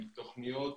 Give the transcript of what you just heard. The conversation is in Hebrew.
תוכניות